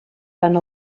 tant